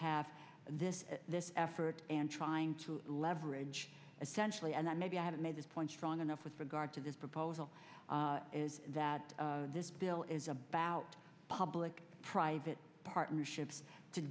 have this this effort and trying to leverage essentially and that maybe i have made this point strong enough with regard to this proposal that this bill is about public private partnerships to